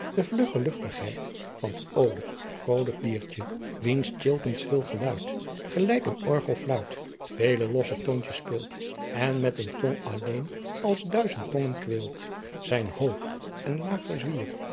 der vlugge luchtigheyd van t oolijk vrolijk diertje wiens tjilpend schril geluyt gelijck een orgel fluyt veel losse toontjes speelt en met een tong alleen als duyzent tongen queelt adriaan loosjes pzn het leven van hillegonda buisman zijn hoogh en laege zwier